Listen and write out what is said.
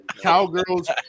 Cowgirls